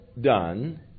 done